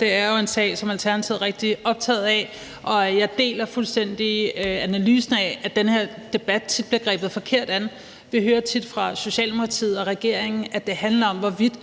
Det er jo en sag, som Alternativet er rigtig optaget af, og jeg deler fuldstændig analysen af, at den her debat tit bliver grebet forkert an. Vi hører tit fra Socialdemokratiet og regeringen, at det handler om, hvorvidt